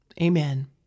Amen